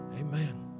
amen